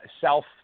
self